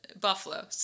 Buffalo